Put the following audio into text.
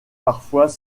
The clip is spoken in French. parfois